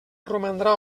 romandrà